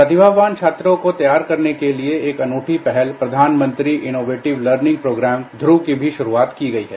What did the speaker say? प्रतिभावान छात्रों को तैयार करने के लिए एक अनूठी पहल प्रधानमंत्री इनोवेटिव लर्निंग प्रोग्राम धुव की भी शुरूआत की गई है